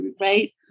right